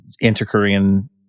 inter-Korean